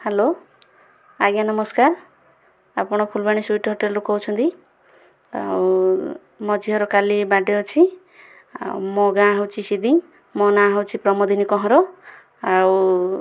hello ଆଜ୍ଞା ନମସ୍କାର ଆପଣ ଫୁଲବାଣୀ ସୁଇଟ୍ ହୋଟେଲ୍ରୁ କହୁଛନ୍ତି ଆଉ ମୋ ଝିଅର କାଲି ବାର୍ଥ୍ଡେ ଅଛି ମୋ ଗାଁ ହେଉଛି ସିଦିଙ୍ଗ ମୋ ନାଁ ହେଉଛି ପ୍ରମୋଦିନୀ କହଁର ଆଉ